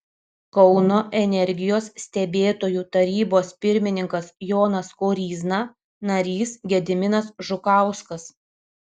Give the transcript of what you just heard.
kauno energijos stebėtojų tarybos pirmininkas jonas koryzna narys gediminas žukauskas